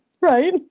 Right